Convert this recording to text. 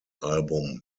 album